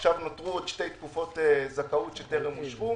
עכשיו נותרו עוד שתי תקופות זכאות שטרם אושרו